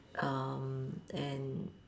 um and